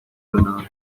ordenador